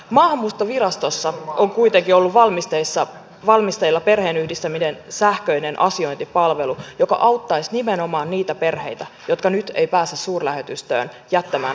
maahanmuuttovirastossa on kuitenkin ollut valmisteilla perheenyhdistämisen sähköinen asiointipalvelu joka auttaisi nimenomaan niitä perheitä jotka nyt eivät pääse suurlähetystöön jättämään hakemusta